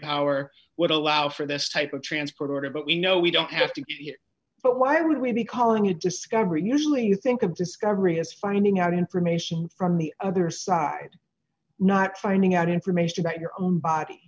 power would allow for this type of transport order but you know we don't have to but why would we be calling to discovery usually you think of discovery as finding out information from the other side not finding out information about your own body